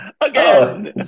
again